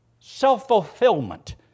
Self-fulfillment